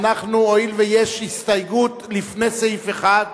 הואיל ויש הסתייגות לפני סעיף 1,